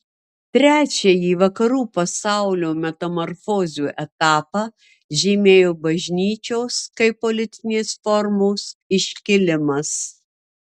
trečiąjį vakarų pasaulio metamorfozių etapą žymėjo bažnyčios kaip politinės formos iškilimas